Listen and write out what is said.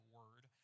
word